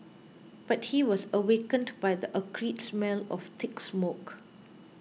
but he was awakened by the acrid smell of thick smoke